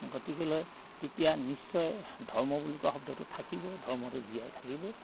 গতিকেলৈ তেতিয়া নিশ্চয় ধৰ্ম বুলি কোৱা শব্দটো থাকিব ধৰ্মটো জীয়াই থাকিব